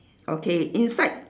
okay inside